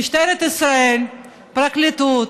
משטרת ישראל, פרקליטות,